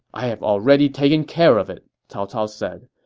i've already taken care of it, cao cao said,